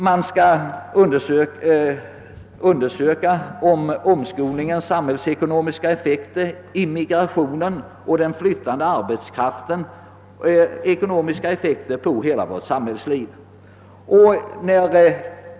Man skall där undersöka omskolningens, immigrationens och den flyttande arbetskraftens effekter på hela vårt näringsliv.